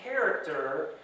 character